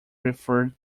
referred